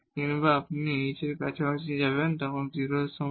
কিভাবে আপনি h এর কাছাকাছি যাবেন যা 0 এর সমান